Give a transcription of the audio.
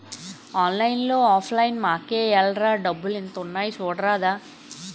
ఆన్లైన్లో offline మాకేఏల్రా డబ్బులు ఎంత ఉన్నాయి చూడరాదా